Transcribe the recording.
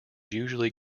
usually